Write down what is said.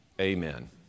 amen